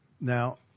Now